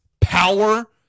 power